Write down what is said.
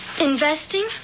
investing